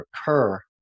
occur